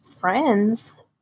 friends